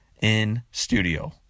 In-Studio